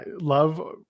love